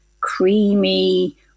creamy